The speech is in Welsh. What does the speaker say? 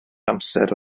amser